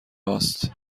هاست